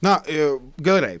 na gerai